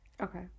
Okay